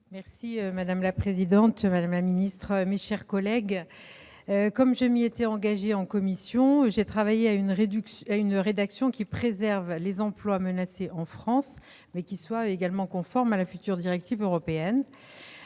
Madame la présidente, madame la secrétaire d'État, mes chers collègues, comme je m'y étais engagée en commission, j'ai travaillé à une rédaction qui préserve les emplois menacés en France, mais qui soit également conforme à la future directive européenne.